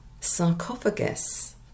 sarcophagus